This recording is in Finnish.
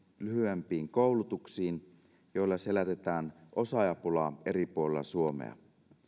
lyhyempiin koulutuksiin joilla selätetään osaajapulaa eri puolilla suomea